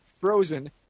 frozen